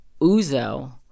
Uzo